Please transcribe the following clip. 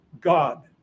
God